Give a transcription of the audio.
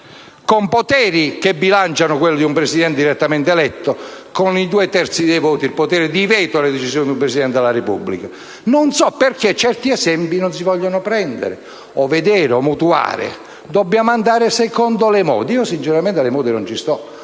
con poteri che bilanciano quelli di un Presidente direttamente eletto con i due terzi dei voti, con il potere di veto alle decisioni di un Presidente della Repubblica. Non so per quale motivo non si vogliano prendere o vedere o mutuare certi esempi. Dobbiamo andare secondo le mode. Sinceramente alle mode non ci sto.